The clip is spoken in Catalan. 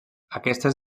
aquestes